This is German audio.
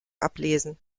ablesen